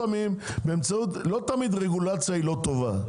לא תמיד רגולציה היא לא טובה.